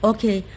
Okay